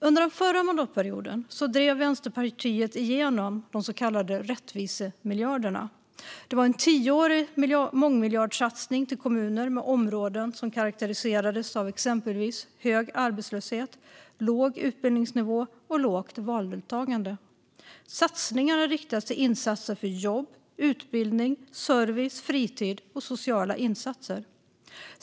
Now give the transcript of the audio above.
Under den förra mandatperioden drev Vänsterpartiet igenom de så kallade rättvisemiljarderna, en tioårig mångmiljardsatsning till kommuner med områden som karakteriserades av exempelvis hög arbetslöshet, låg utbildningsnivå och lågt valdeltagande. Satsningen riktades till insatser för jobb, utbildning, service, fritid och sociala insatser.